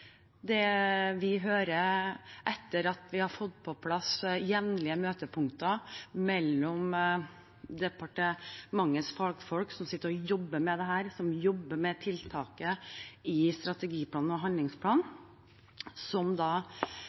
Det vi hører etter at vi har fått på plass jevnlige møtepunkter og jevnlig dialog mellom organisasjonene og departementets fagfolk, som sitter og jobber med tiltakene i strategiplanen og handlingsplanen,